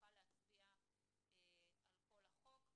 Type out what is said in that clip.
שנוכל להצביע על כל החוק.